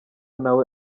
nawe